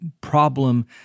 problem